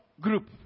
group